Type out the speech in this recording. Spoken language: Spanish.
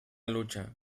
lucha